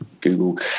Google